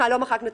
בגלל שקראנו את